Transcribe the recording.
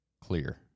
clear